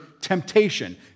temptation